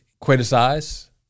criticize